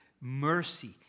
mercy